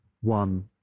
one